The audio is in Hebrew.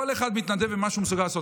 כל אחד מתנדב במה שהוא מסוגל לעשות.